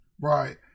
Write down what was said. Right